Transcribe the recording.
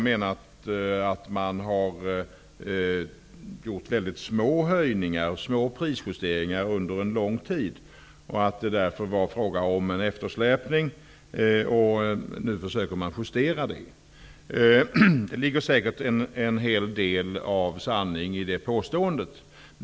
Man menar att prishöjningarna varit små under en lång tid och att det därför är fråga om en eftersläpning, som man nu skall försöka justera. Det ligger säkert en hel del sanning i det påståendet.